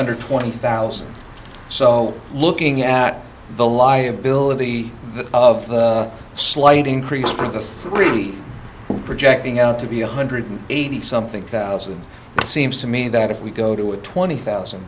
under twenty thousand so looking at the liability of a slight increase for three projecting out to be one hundred eighty something thousand it seems to me that if we go to a twenty thousand